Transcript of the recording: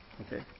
Okay